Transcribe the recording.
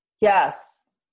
Yes